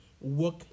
work